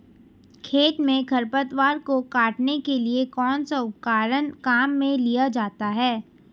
खेत में खरपतवार को काटने के लिए कौनसा उपकरण काम में लिया जाता है?